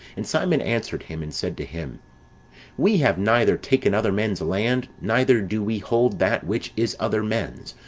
and simon answered him, and said to him we have neither taken other men's land, neither do we hold that which is other men's,